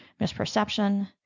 misperception